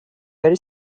very